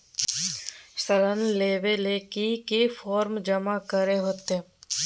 ऋण लेबे ले की की फॉर्म जमा करे होते?